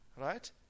right